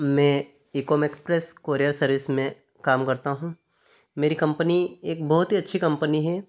मैं Ecom Express courier service में काम करता हूँ मेरी कंपनी एक बहुत ही अच्छी कंपनी है